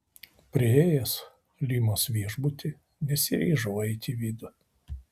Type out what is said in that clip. priėjęs limos viešbutį nesiryžau eiti į vidų